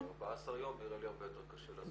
14 יום נראה לי הרבה יותר קשה להסביר.